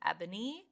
Ebony